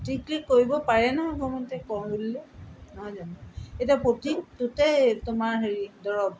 পাৰে নহয় অকণমানতে কওঁ বুলিলে নহয় জানো এতিয়া প্ৰতিটোতে তোমাৰ হেৰি দৰৱ